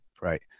right